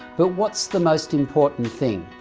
but what's the most important thing?